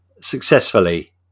successfully